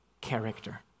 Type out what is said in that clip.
character